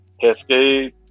Cascade